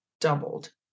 doubled